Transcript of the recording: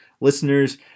Listeners